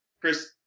Chris